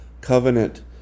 covenant